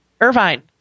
Irvine